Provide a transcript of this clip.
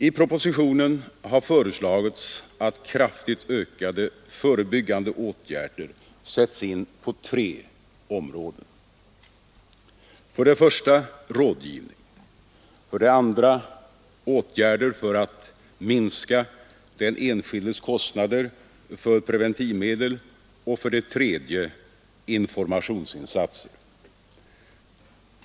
I propositionen har föreslagits att kraftigt ökade förebyggande åtgärder sätts in på tre områden — för det första rådgivning, för det andra åtgärder för att minska den enskildes kostnader för preventivmedel och för det tredje informationsinsatser.